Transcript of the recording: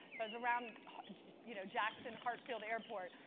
so i was around you know jackson hartsfield airport,